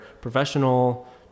professional